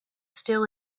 still